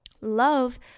Love